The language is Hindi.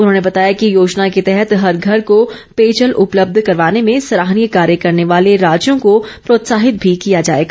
उन्होंने बताया कि योजना के तहत हर घर को पेयजल उपलब्ध करवाने में सराहनीय कार्य करने वाले राज्यों को प्रोत्साहित भी किया जाएगा